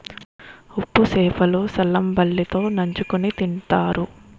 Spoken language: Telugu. ఉప్పు సేప లు సల్లంబలి తో నంచుకుని తింతారు